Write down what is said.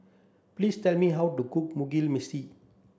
please tell me how to cook Mugi Meshi